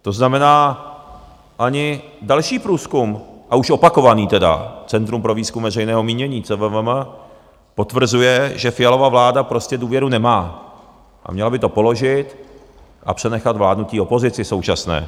To znamená, ani další průzkum, a už opakovaný tedy Centrum pro výzkum veřejného mínění, CVVM, potvrzuje, že Fialova vláda prostě důvěru nemá a měla by to položit a přenechat vládnutí opozici současné.